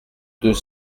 deux